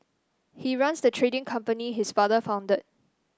he runs the trading company his father founded